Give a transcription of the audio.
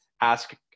ask